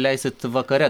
leisit vakare